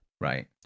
right